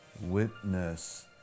witness